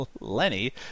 Lenny